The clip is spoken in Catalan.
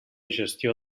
gestió